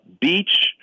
beach